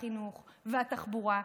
החינוך והתחבורה,